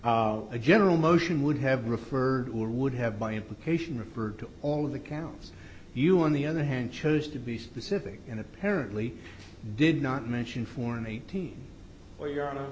and a general motion would have referred or would have by implication referred to all of the counts you on the other hand chose to be specific and apparently did not mention foreign eighteen or you are gon